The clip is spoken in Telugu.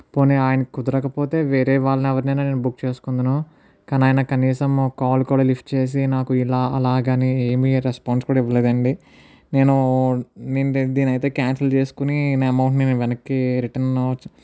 పోనీ ఆయనకు కుదరకపోతే వేరే వాళ్ళని ఎవరినైనా నేను బుక్ చేసుకుందును కానీ ఆయన కనీసము కాల్ కూడా లిఫ్ట్ చేసి నాకు ఇలా అలాగా అని ఏమీ రెస్పాన్స్ కూడా ఇవ్వలేదండి నేను నేను దీనైతే క్యాన్సిల్ చేసుకుని నా అమౌంట్ ని నేను వెనక్కి రిటర్ను